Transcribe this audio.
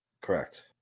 Correct